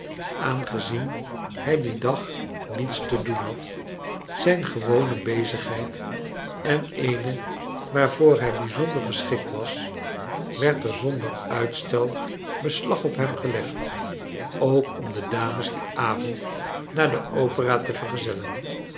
aangezien hij dien dag niets te doen had zijn gewone bezigheid en eene waarvoor hij bijzonder geschikt was werd er zonder uitstel beslag op hem gelegd ook om de dames dien avond naar de opera te vergezellen